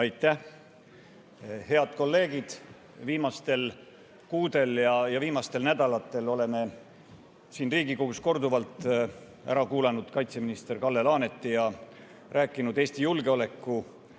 Aitäh! Head kolleegid! Viimastel kuudel ja viimastel nädalatel oleme siin Riigikogus korduvalt ära kuulanud kaitseminister Kalle Laaneti ja rääkinud Eesti julgeoleku